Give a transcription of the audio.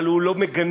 אבל הוא לא מגנה,